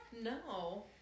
No